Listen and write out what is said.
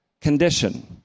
condition